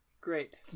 Great